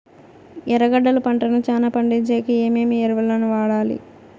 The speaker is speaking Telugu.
ఎర్రగడ్డలు పంటను చానా పండించేకి ఏమేమి ఎరువులని వాడాలి?